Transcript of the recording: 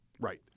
right